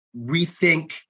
rethink